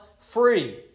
free